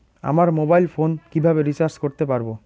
আমার mobile phone কিভাবে recharge করতে পারব?